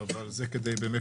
קודם כל